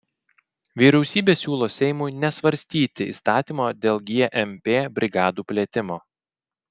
vyriausybė siūlo seimui nesvarstyti įstatymo dėl gmp brigadų plėtimo